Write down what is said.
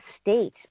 state